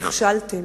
נכשלתם.